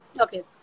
okay